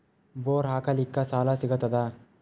Bore ಹಾಕಲಿಕ್ಕ ಸಾಲ ಸಿಗತದ?